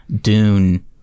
Dune